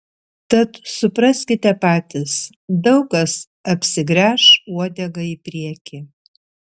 tad supraskite patys daug kas apsigręš uodega į priekį